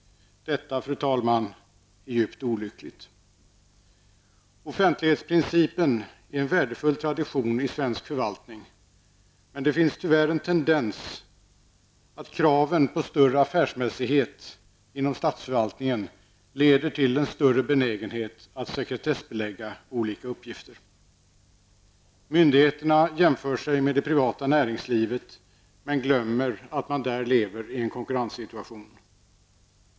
Detta, fru talman, är djupt olyckligt. Offentlighetsprincipen är en värdefull tradition i svensk förvaltning, men det finns tyvärr en tendens till att kraven på större affärsmässighet inom statsförvaltningen leder till en större benägenhet att sekretessbelägga olika uppgifter. Myndigheterna jämför sig med det privata näringslivet men glömmer att man där lever i en konkurrenssituation.